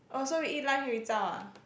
oh so we eat lunch then we zao ah